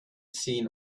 seen